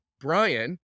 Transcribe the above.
Brian